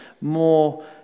more